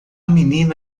menina